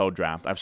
draft